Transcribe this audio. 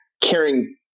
Caring